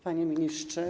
Panie Ministrze!